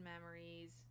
memories